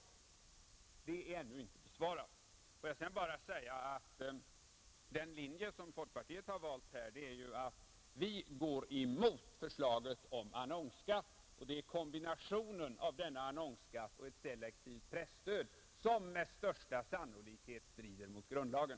Den anmärkningen är ännu inte besvarad. Får jag sedan bara säga att den linje som folkpartiet här har valt är att gå emot förslaget om annonsskatt. Det är kombinationen av denna annonsskatt och ett selektivt presstöd som med största sannolikhet strider mot grundlagen,